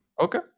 Okay